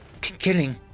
killing